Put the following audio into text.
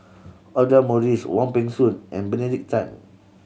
Audra Morrice Wong Peng Soon and Benedict Tan